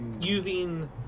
using